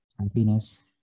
Happiness